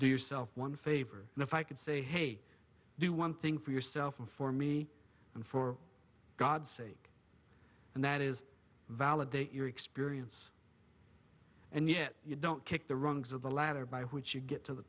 do yourself one favor and if i could say hey do one thing for yourself and for me and for god's sake and that is validate your experience and yet you don't kick the rungs of the ladder by which you get to the